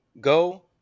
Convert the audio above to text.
go